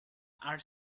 are